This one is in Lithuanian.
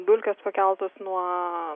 dulkės pakeltos nuo